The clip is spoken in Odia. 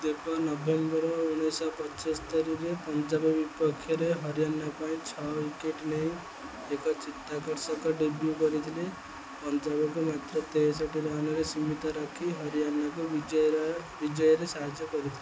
ଦେବ ନଭେମ୍ବର ଉଣେଇଶହ ପଞ୍ଚସ୍ତରୀରେ ପଞ୍ଜାବ ବିପକ୍ଷରେ ହରିୟାଣା ପାଇଁ ଛଅ ୱିକେଟ୍ ନେଇ ଏକ ଚିତ୍ତାକର୍ଷକ ଡେବ୍ୟୁ କରିଥିଲେ ପଞ୍ଜାବକୁ ମାତ୍ର ତେଷଠି ରନ୍ରେ ସୀମିତ ରଖି ହରିୟାଣାକୁ ବିଜୟର ବିଜୟରେ ସାହାଯ୍ୟ କରିଥିଲେ